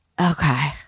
Okay